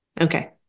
Okay